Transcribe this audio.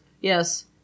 Yes